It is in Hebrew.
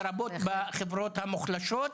לרבות בחברות המוחלשות.